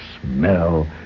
smell